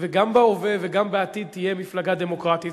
וגם בהווה וגם בעתיד תהיה מפלגה דמוקרטית.